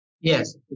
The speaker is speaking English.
Yes